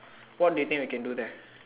what do you think we can do there